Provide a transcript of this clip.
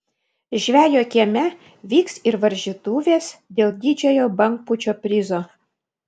žvejo kieme vyks ir varžytuvės dėl didžiojo bangpūčio prizo